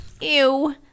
Ew